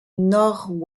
nord